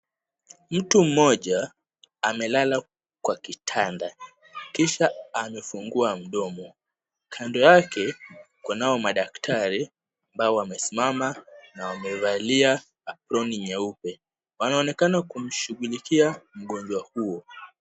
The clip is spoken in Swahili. Mtu mmoja amelala kwa kitanda, kisha amefungua mdomo. Kando yake kunao madaktari ambao wamesimama na wamevalia aproni nyeupe. Wanaonekana kumshughulikia mgonjwa huyo